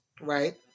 Right